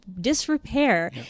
disrepair